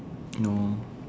oh